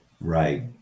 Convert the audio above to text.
Right